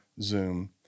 Zoom